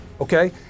Okay